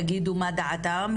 יגידו מה דעתם,